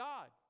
God